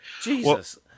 Jesus